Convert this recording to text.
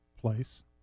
place